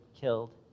killed